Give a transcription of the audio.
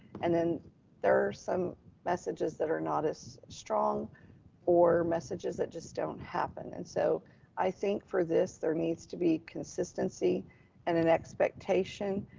and then there are some messages that are not as strong or messages that just don't happen. and so i think for this, there needs to be consistency and an expectation.